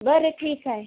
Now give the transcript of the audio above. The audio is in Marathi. बरं ठीक आहे